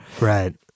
Right